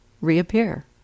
reappear